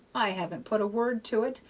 i haven't put a word to it,